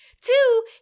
Two